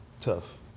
tough